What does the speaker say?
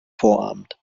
vorabend